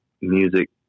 music